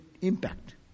impact